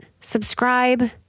subscribe